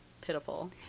pitiful